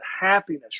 happiness